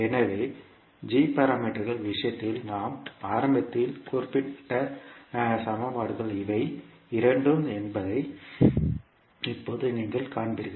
எனவே g பாராமீட்டர்கள் விஷயத்தில் நாம் ஆரம்பத்தில் குறிப்பிட்ட சமன்பாடுகள் இவை இரண்டும் என்பதை இப்போது நீங்கள் காண்பீர்கள்